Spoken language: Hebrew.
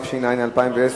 התש"ע 2010,